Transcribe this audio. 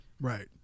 Right